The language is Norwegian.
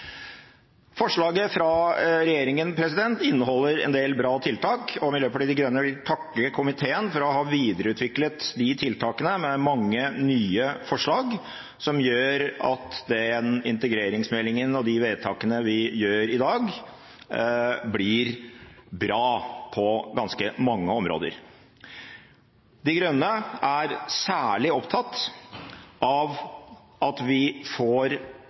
Forslaget fra regjeringen inneholder en del bra tiltak, og Miljøpartiet De Grønne vil takke komiteen for å ha videreutviklet de tiltakene med mange nye forslag, som gjør at den integreringsmeldingen og de vedtakene vi gjør i dag, blir bra på ganske mange områder. De Grønne er særlig opptatt av at vi får